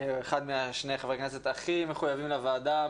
אחד משני חברי הכנסת הכי מחויבים לוועדה,